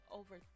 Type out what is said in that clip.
over